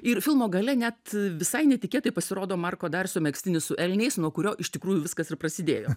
ir filmo gale net visai netikėtai pasirodo marko darso megztinis su elniais nuo kurio iš tikrųjų viskas ir prasidėjo